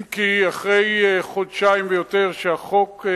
אם כי אחרי חודשיים ויותר שהחוק,